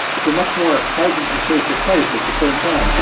it's a much more pleasant and safer place at the same time.